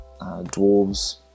dwarves